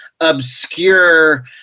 obscure